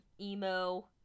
emo